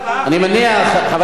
אני ארבעה חודשים,